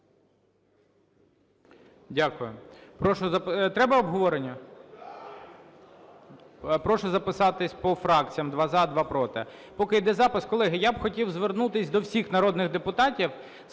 Прошу… Треба обговорення? Прошу записатися по фракціях: два – за, два – проти. Поки йде запис, колеги, я б хотів звернутися до всіх народних депутатів